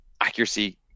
Accuracy